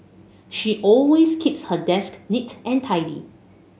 she always keeps her desk neat and tidy